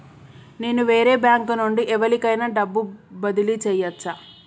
నేను వేరే బ్యాంకు నుండి ఎవలికైనా డబ్బు బదిలీ చేయచ్చా?